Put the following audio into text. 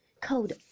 cold